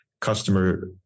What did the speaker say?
customer